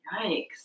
Yikes